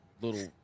little